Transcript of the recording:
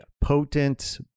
potent